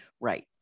Right